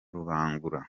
rubangura